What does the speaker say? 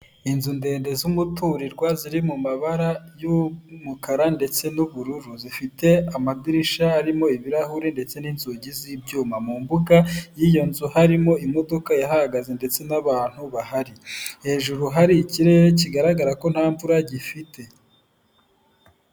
Inzu ndende z'umuturirwa, ziri mu mabara y'umukara ndetse n'ubururu, zifite amadirisya arimo ibirahure ndetse n'inzugi z'ibyuma. Mu mbuga y'iyo nzu harimo imodoka yahahagaze, ndetse n'abantu bahari. Hejuru hari ikirere kigaragara ko nta mvura gifite.